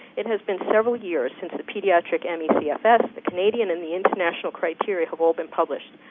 it has been several years since the pediatric and me cfs, the canadian, and the international criteria have all been published.